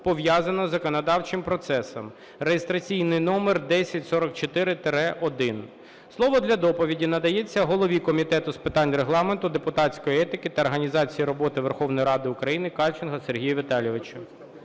пов'язаного із законодавчим процесом (реєстраційний номер 1044-1). Слово для доповіді надається голові Комітету з питань Регламенту, депутатської етики та організації роботи Верховної Ради України Кальченку Сергію Віталійовичу.